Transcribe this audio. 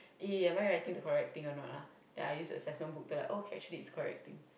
eh am I writing correct thing or not ah then I use assessment book to like oh it's actually correct thing